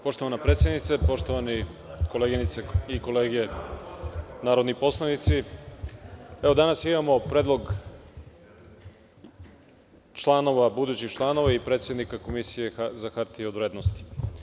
Poštovana predsednice, poštovane koleginice i kolege narodni poslanici, danas imamo predlog budućih članova i predsednika Komisije za hartije od vrednosti.